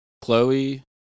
Chloe